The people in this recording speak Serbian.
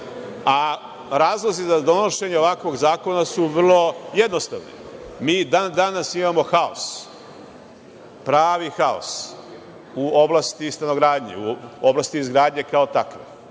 a razlozi za donošenje ovakvog zakona su vrlo jednostavni. Mi i dan danas imamo haos, pravi haos u oblasti stanogradnje, u oblasti izgradnje kao takve.